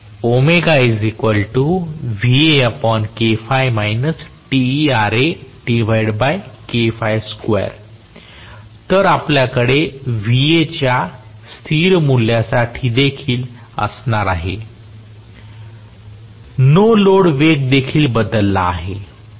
तर आपल्याकडे Vaच्या स्थिर मूल्यासाठी देखील असणार आहे नो लोड वेग देखील बदलला आहे